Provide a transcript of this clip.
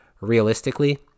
realistically